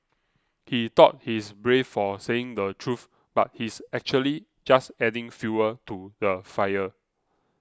he thought he's brave for saying the truth but he's actually just adding fuel to the fire